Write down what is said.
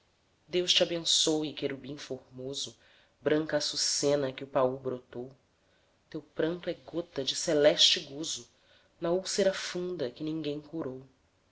deus te abençoe querubim formoso branca açucena que o paul brotou teu pranto é gota de celeste gozo na úlcera funda que ninguém curou